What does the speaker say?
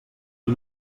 qui